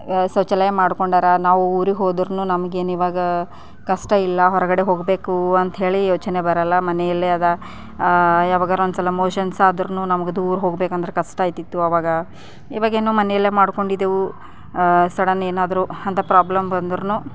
ಶೌಚಾಲಯ ಮಾಡ್ಕೊಂಡಾರ ನಾವು ಊರಿಗೆ ಹೋದ್ರೂನು ನಮಗೆ ಏನಿವಾಗ ಕಷ್ಟ ಇಲ್ಲ ಹೊರಗಡೆ ಹೋಗಬೇಕು ಅಂಥೇಳಿ ಯೋಚನೆ ಬರಲ್ಲ ಮನೆಯಲ್ಲೇ ಅದ ಯಾವಾಗಾರೊಂದ್ಸಲ ಮೋಷನ್ಸ್ ಆದರೂ ನಮಗೆ ದೂರ ಹೋಗ್ಬೇಕಂದ್ರೆ ಕಷ್ಟ ಆಗ್ತಿತ್ತು ಆವಾಗ ಇವಾಗೇನು ಮನೆಯಲ್ಲೇ ಮಾಡ್ಕೊಂಡಿದ್ದೇವು ಸಡನ್ ಏನಾದರೂ ಅಂತ ಪ್ರಾಬ್ಲಮ್ ಬಂದರೂ